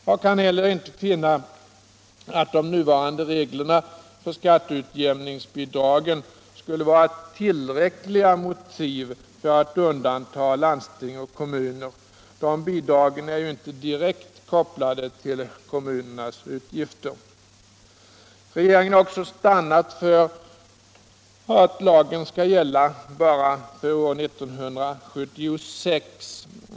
Jag kan heller inte finna att de nuvarande reglerna för skatteutjämningsbidragen skulle vara tillräckliga motiv för att undanta landsting och kommuner. De bidragen är ju inte direkt kopplade till kommunernas utgifter. Regeringen har också stannat för att lagen skall gälla bara för år 1976.